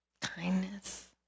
Kindness